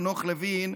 חנוך לוין,